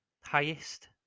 highest